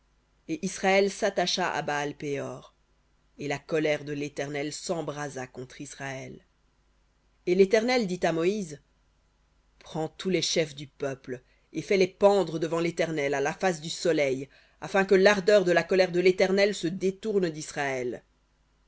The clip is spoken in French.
et israël s'attacha à baal péor et la colère de l'éternel s'embrasa contre israël et l'éternel dit à moïse prends tous les chefs du peuple et fais-les pendre devant l'éternel à la face du soleil afin que l'ardeur de la colère de l'éternel se détourne d'israël